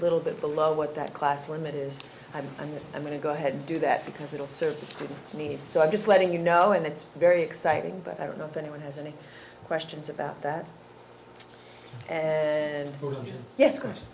little bit below what that class limit is and i'm going to go ahead and do that because it will serve the students needs so i'm just letting you know and it's very exciting but i don't know if anyone has any questions about that and yes